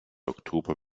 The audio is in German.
oktober